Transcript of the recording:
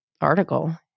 article